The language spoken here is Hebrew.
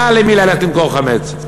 היה למי ללכת למכור חמץ.